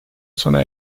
sona